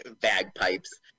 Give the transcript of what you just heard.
Bagpipes